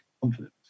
confidence